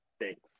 Thanks